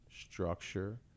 structure